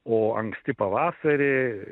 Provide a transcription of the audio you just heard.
o anksti pavasarį